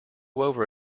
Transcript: over